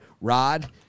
Rod